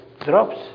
drops